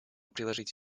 приложить